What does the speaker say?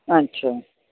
अच्छा